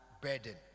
burden